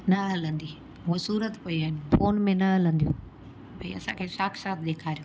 न हलंदी मों सूरत पियूं आहिनि फोन में न हलंदियूं भई असांखे साक्षात ॾेखारियो